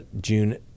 June